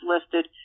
listed